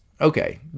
Okay